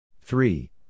Three